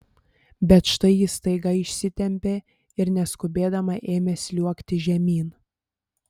bet štai ji staiga išsitempė ir neskubėdama ėmė sliuogti žemyn